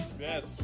Yes